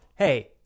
Hey